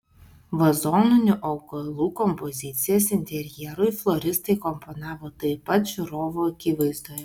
vazoninių augalų kompozicijas interjerui floristai komponavo taip pat žiūrovų akivaizdoje